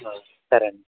సరే అండి